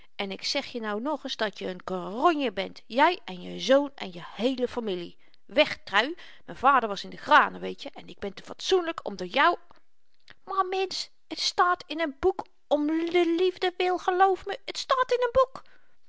en ik zeg je nou nog ns dat je n n keronje bent jy en je zoon en je heele familie weg trui m'n vader was in de granen weetje en ik ben te fatsoenlyk om door jou maar mensch t staat in n boek omdeliefdewil geloof me t staat in n boek